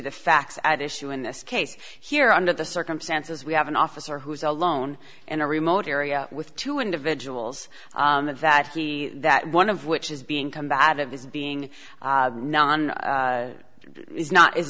facts at issue in this case here under the circumstances we have an officer who is alone in a remote area with two individuals that he that one of which is being combative is being non is not is